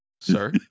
sir